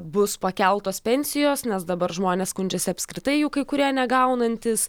bus pakeltos pensijos nes dabar žmonės skundžiasi apskritai jų kai kurie negaunantys